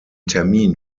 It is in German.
termin